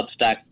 Substack